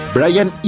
Brian